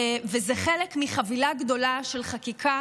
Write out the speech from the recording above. וזה חלק מחבילה גדולה של חקיקה